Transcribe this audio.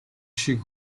шиг